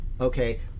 Okay